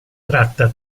tratta